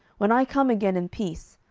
when i come again in peace,